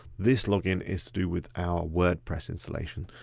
this login is to do with our wordpress installation.